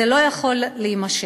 זה לא יכול להימשך.